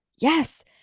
Yes